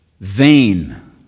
Vain